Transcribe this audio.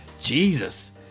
Jesus